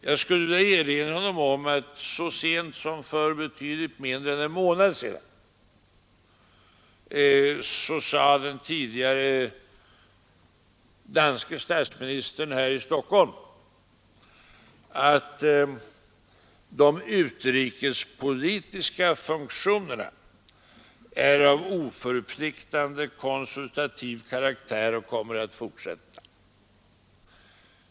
Jag skulle vilja erinra honom om att den tidigare danske statsministern så sent som för betydligt mindre än en månad sedan sade här i Stockholm att de utrikespolitiska funktionerna är av oförpliktande konsultativ karaktär och kommer att fortsätta.